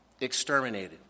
Exterminated